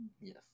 Yes